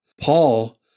Paul